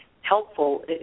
helpful